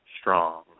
Strong